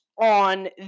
on